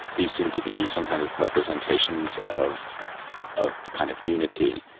these seem to be some kind of representations of a kind of unity.